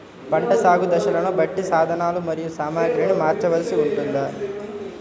పంటల సాగు దశలను బట్టి సాధనలు మరియు సామాగ్రిని మార్చవలసి ఉంటుందా?